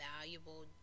valuable